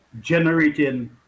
generating